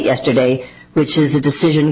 yesterday which is a decision